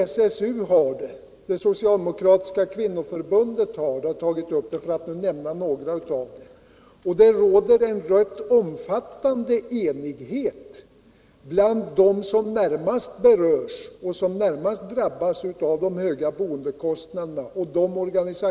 Även SSU och det socialdemokratiska kvinnoförbundet har dessa krav, för att nu bara nämna några av dem som framfört kraven. Det råder en rätt omfattande enighet om detta också bland dem som närmast berörs av de höga boendekostnaderna.